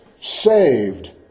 saved